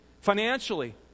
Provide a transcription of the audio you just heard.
financially